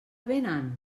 vénen